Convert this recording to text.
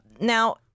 Now